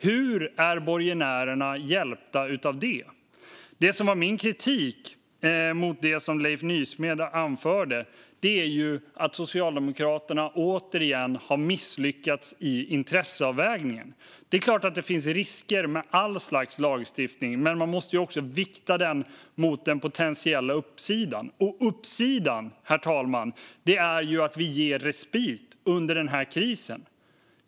Hur är borgenärerna hjälpta av det? Min kritik mot det som Leif Nysmed anförde var att Socialdemokraterna återigen har misslyckats i intresseavvägningen. Det är klart att det finns risker med all slags lagstiftning, men man måste vikta dem mot de potentiella fördelarna. I det här fallet, herr talman, är fördelen att vi ger respit under krisen.